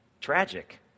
tragic